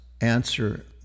answer